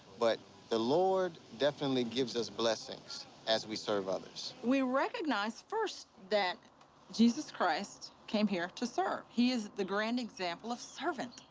but the lord definitely gives us blessings as we serve others. we recognize first that jesus christ came here to serve. he is the grand example of servant,